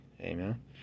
amen